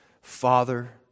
Father